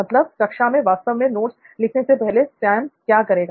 मतलब कक्षा में वास्तव में नोट्स लिखने से पहले सैम क्या करेगा